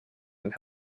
and